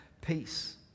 peace